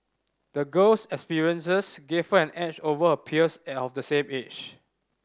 the girl's experiences gave her an edge over her peers at of the same age